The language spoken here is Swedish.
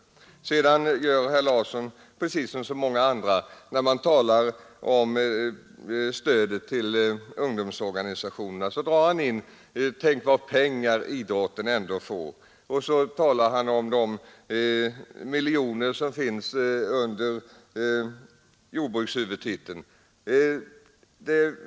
Precis som många andra talar herr Larsson när det gäller stödet till idrottsorganisationerna om hur mycket pengar idrotten ändå får och hur många miljoner som finns under jordbrukshuvudtiteln.